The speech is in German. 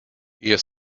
ihr